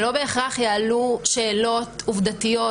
ולא בהכרח יעלו שאלות עובדתיות,